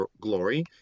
glory